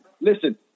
Listen